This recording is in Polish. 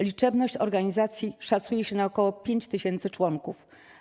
Liczebność organizacji szacuje się na około 5 tys. członków.